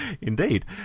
indeed